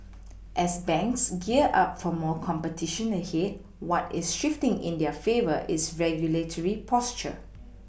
as banks gear up for more competition ahead what is shifting in their favour is regulatory posture